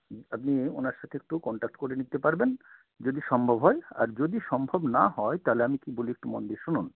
আপনি ওনার সাথে একটু কন্ট্যাক্ট করে নিতে পারবেন যদি সম্ভব হয় আর যদি সম্ভব না হয় তাহলে আমি কী বলি একটু মন দিয়ে শুনুন